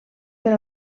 per